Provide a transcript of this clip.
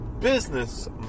business